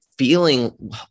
feeling